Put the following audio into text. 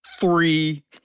three